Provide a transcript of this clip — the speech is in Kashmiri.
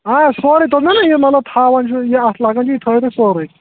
آ سورُے دوٚپ نا مےٚ یہِ مطلب تھاوُن چھِ اَتھ لَگَان چھِ یہِ تھٲیِو تُہۍ سورُے